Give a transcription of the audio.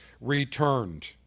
returned